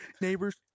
Neighbors